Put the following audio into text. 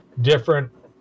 different